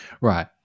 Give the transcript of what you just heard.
Right